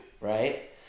right